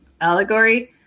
allegory